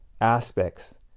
aspects